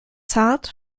zart